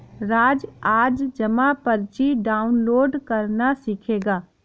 राज आज जमा पर्ची डाउनलोड करना सीखेगा